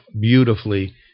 beautifully